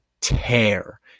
tear